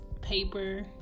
paper